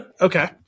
Okay